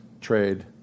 trade